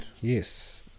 Yes